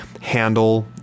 handle